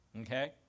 okay